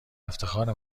افتخار